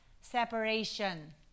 separation